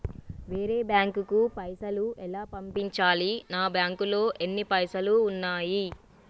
వేరే బ్యాంకుకు పైసలు ఎలా పంపించాలి? నా బ్యాంకులో ఎన్ని పైసలు ఉన్నాయి?